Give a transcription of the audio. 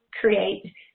create